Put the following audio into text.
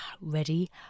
ready